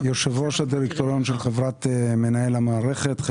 אני יושב-ראש הדירקטוריון של חברת מנהל המערכת,